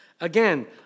Again